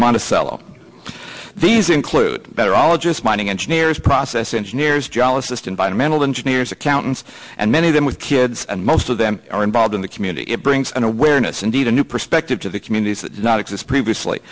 monticello these include that are all just mining engineers process engineers geologist environmental engineers accountants and many of them with kids and most of them are involved in the community it brings an awareness indeed a new perspective to the communities that does not exist previously